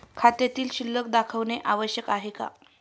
खात्यातील शिल्लक दाखवणे आवश्यक आहे का?